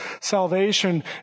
salvation